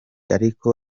ariko